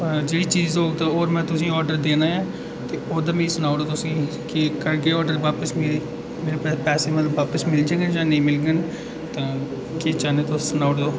जेह्ड़ी चीज होर मैं तुसेंई आडर देन लगेआं ते ओह्दा मि सनाऊड़ो के करगेओ वापस मि पैसे मतलब वापस मिलगन जां नेईं मिलगन तां एह् चाह्ना तुस सनाई ओड़ेओ